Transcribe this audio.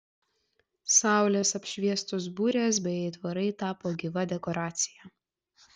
saulės apšviestos burės bei aitvarai tapo gyva dekoracija